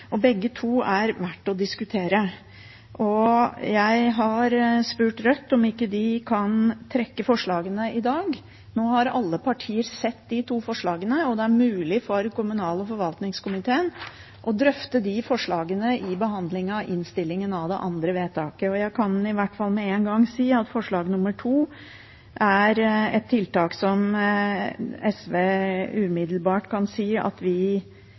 og begge to er verdt å diskutere. Jeg har spurt Rødt om de ikke kan trekke forslagene i dag. Nå har alle partier sett de to forslagene, og det er mulig for kommunal- og forvaltningskomiteen å drøfte forslagene ved behandlingen av innstillingen om dokumentforslaget. Jeg kan med en gang si at forslag nr. 2 er et tiltak som SV umiddelbart kan si at vi